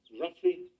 roughly